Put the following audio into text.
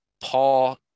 paul